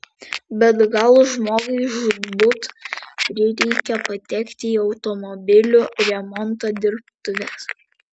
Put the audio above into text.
bet gal žmogui žūtbūt prireikė patekti į automobilių remonto dirbtuves